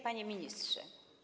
Panie Ministrze!